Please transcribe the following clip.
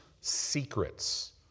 secrets